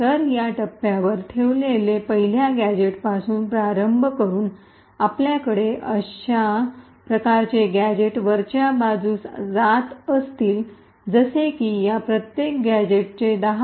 तर या टप्प्यावर ठेवलेल्या पहिल्या गॅझेट्सपासून प्रारंभ करुन आपल्याकडे अशा प्रकारे गॅझेट्स वरच्या बाजूस जात असतील जसे की या प्रत्येक गॅझेटचे 10